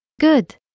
Good